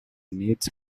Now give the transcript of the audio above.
needs